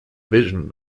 vision